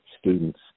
students